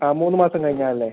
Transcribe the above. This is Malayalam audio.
ആ മൂന്ന് മാസം കഴിഞ്ഞാൽ അല്ലേ